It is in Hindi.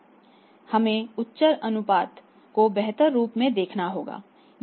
हमें उच्चतर अनुपात को बेहतर रूप में देखना होगा